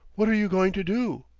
what are you going to do?